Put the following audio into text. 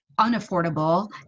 unaffordable